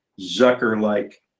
zucker-like